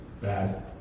bad